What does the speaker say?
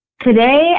Today